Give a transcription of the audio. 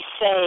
say